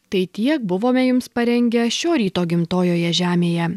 tai tiek buvome jiems parengę šio ryto gimtojoje žemėje